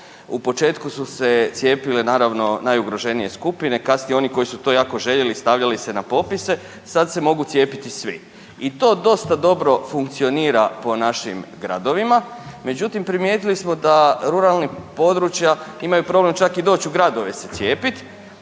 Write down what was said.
U početku su se cijepile naravno najugroženije skupine, kasnije oni koji su to jako željeli i stavljali se na popise, sad se mogu cijepiti svi. I to dosta dobro funkcionira po našim gradovima, međutim primijetili smo da ruralna područja imaju problem čak i problem doći u gradove se cijepit.